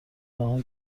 آنها